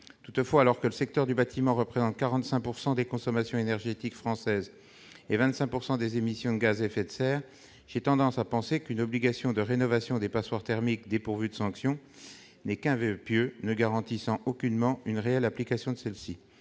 Toutefois, alors que le secteur du bâtiment représente 45 % des consommations énergétiques françaises et 25 % des émissions de gaz à effet de serre, j'ai tendance à considérer une obligation de rénovation des passoires thermiques dépourvue de sanction comme un voeu pieux n'en garantissant aucunement une réelle application. C'est